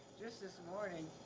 just this morning,